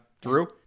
Drew